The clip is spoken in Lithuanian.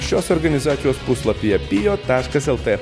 šios organizacijos puslapyje pijo taškas lt